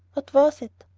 what was it?